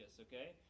okay